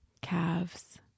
calves